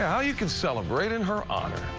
her how you can celebrate in her honor.